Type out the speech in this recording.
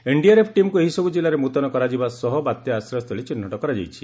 NDRF ଟିମ୍କୁ ଏହିସବୁ କିଲ୍ଲାରେ ମୁତୟନ କରାଯିବା ସହ ବାତ୍ୟା ଆଶ୍ରୟସ୍ଥଳୀ ଚିହ୍ନଟ କରାଯାଇଛି